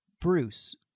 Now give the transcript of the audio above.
Bruce